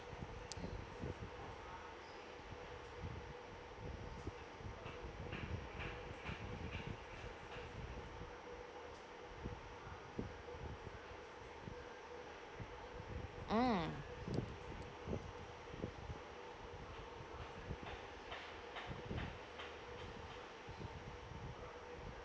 mm